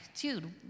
dude